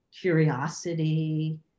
curiosity